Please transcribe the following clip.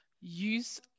use